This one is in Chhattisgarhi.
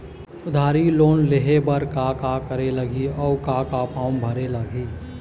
उधारी लोन लेहे बर का का करे लगही अऊ का का फार्म भरे लगही?